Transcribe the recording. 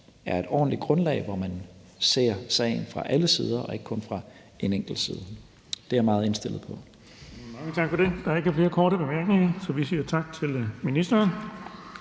er et ordentligt grundlag, hvor man ser sagen fra alle sider og ikke kun fra en enkelt side. Det er jeg meget indstillet på.